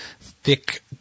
thick